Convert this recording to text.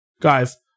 Guys